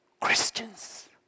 Christians